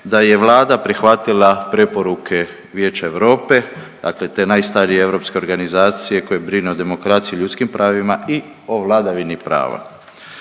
da je Vlada prihvatila preporuke Vijeća Europe dakle te najstarije europske organizacije koja brine o demokraciji i ljudskim pravima i o vladavini prava.